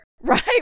Right